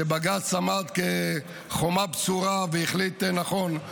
כשבג"ץ עמד כחומה בצורה והחליט נכון,